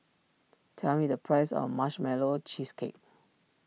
tell me the price of Marshmallow Cheesecake